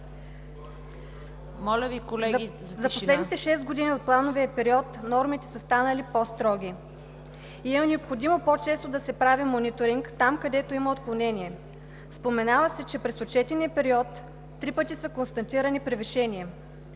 за последните шест години от плановия период нормите са станали по-строги и е необходимо по-често да се прави мониторинг там, където има отклонение. Споменава се, че през отчетения период три пъти са констатирани превишения.